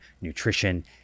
nutrition